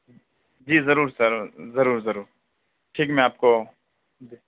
جی ضرور سر ضرور ضرور ٹھیک میں آپ کو